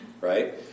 right